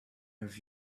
have